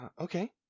okay